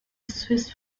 swiss